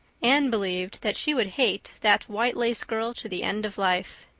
anne believed that she would hate that white-lace girl to the end of life.